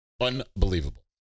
unbelievable